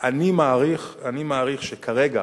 אני מעריך שכרגע